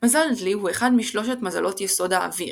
מזל דלי הוא אחד משלושת מזלות יסוד האוויר,